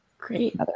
Great